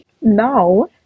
Now